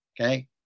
Okay